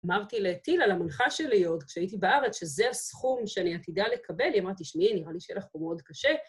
אמרתי לטילה, למנחה שלי עוד, עוד כשהייתי בארץ, שזה הסכום שאני עתידה לקבל, היא אמרתי לי שמעי, נראה לי שלך פה מאוד קשה.